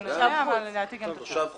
תושב חוץ.